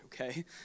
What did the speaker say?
okay